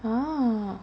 ha